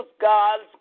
God's